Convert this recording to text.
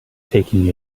taking